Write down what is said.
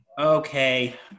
Okay